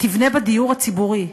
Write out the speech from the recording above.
תבנה בדיור הציבורי.